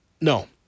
No